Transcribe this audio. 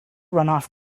runoff